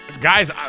Guys